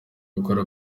gukora